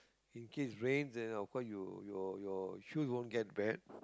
in case rains then of course you your your shoes won't get bad